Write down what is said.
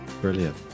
Brilliant